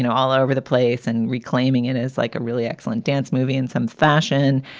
you know all over the place and reclaiming it is like a really excellent dance movie in some fashion.